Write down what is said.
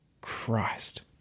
Christ